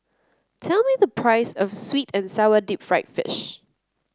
tell me the price of sweet and sour Deep Fried Fish